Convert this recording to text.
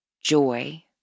joy